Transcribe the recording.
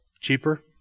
Cheaper